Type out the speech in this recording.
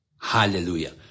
Hallelujah